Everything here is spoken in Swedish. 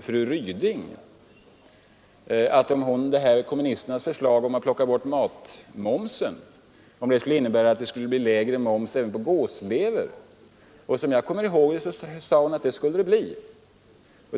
fru Ryding om kommunisternas förslag att ta bort momsen skulle innebära lägre moms även på gåslever. Enligt vad jag minns sade hon att det skulle bli det.